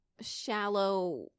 shallow